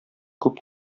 күп